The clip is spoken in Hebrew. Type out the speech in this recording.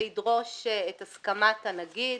זה ידרוש את הסכמת הנגיד